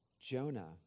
Jonah